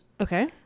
Okay